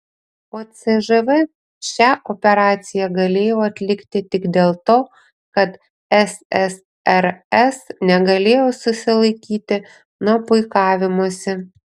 o cžv šią operaciją galėjo atlikti tik dėl to kad ssrs negalėjo susilaikyti nuo puikavimosi